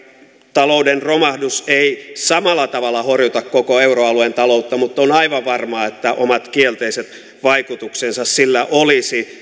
talouden romahdus ei samalla tavalla horjuta koko euroalueen taloutta mutta on aivan varmaa että omat kielteiset vaikutuksensa sillä olisi